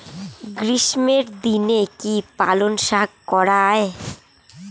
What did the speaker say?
গ্রীষ্মের দিনে কি পালন শাখ করা য়ায়?